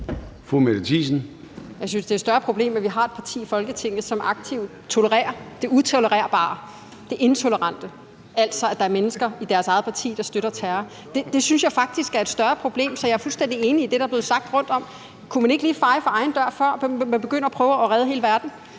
Jeg synes, det er et større problem, at vi har et parti i Folketinget, som aktivt tolererer det utolererbare, det intolerante, altså at der er mennesker i deres eget parti, der støtter terror. Det synes jeg faktisk er et større problem, så jeg er fuldstændig enig i det, der er blevet sagt rundtom: Kunne man ikke lige feje for egen dør, før man begynder at prøve at redde hele verden?